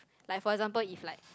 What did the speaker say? like for example if like